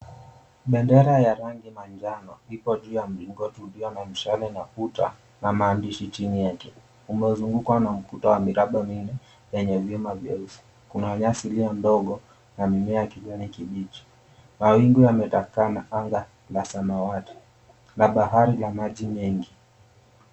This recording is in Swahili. Bendera ya rangi manjano ipo juu ya mlingoti ulio na mshale na puta na maandishi chini yake. Umezungukwa na ukuta wa miraba minne yenye vyuma vyeusi. Kuna nyasi iliyo ndogo na mimea ya kijani kibichi. Mawingu yametapakaa na anga la samawati, na bahari na maji mengi.